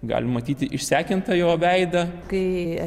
galime matyti išsekintą jo veidą